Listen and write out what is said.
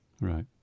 Right